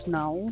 now